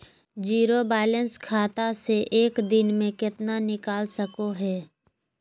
Zero balance खाता से एक दिन में कितना निकाल सको है?